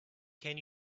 can